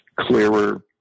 clearer